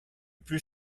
plus